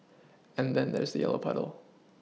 and then there's yellow puddle